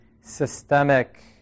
systemic